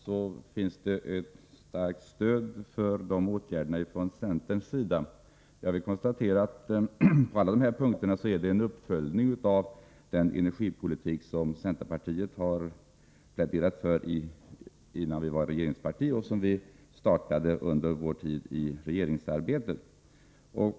För dessa åtgärder finns ett starkt stöd också från centerns sida. Jag vill konstatera att det på alla dessa punkter är fråga om en uppföljning av den energipolitik som centerpartiet pläderade för innan det blev regeringsparti och som vi startade under vår tid i regeringsarbetet.